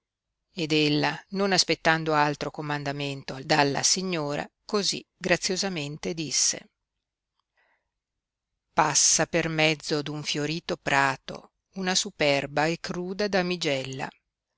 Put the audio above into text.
ed ella non aspettando altro comandamento dalla signora così graziosamente disse passa per mezzo d un fiorito prato una superba e cruda damigella